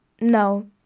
No